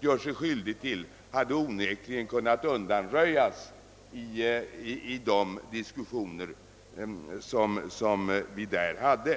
gjort sig skyldig till onekligen hade kunnat undanröjas i de diskussioner som där förekom.